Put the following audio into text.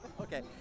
Okay